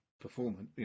performance